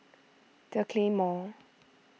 the Claymore